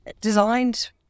designed